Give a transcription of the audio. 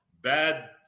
bad